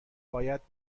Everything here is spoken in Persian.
باید